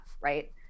right